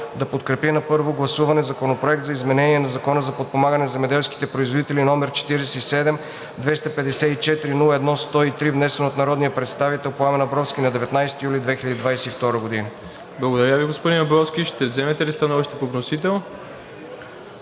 Благодаря Ви, господин Абровски. Ще вземете ли становище по вносител?